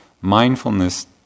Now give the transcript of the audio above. Mindfulness